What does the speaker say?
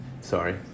sorry